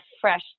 fresh